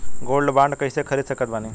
Gold bond कईसे खरीद सकत बानी?